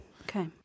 Okay